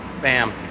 Bam